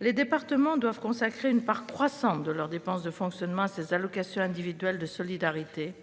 Les départements doivent consacrer une part croissante de leurs dépenses de fonctionnement à ces allocations individuelles de solidarité,